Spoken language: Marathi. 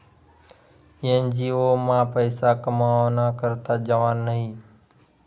एन.जी.ओ मा पैसा कमावाना करता जावानं न्हयी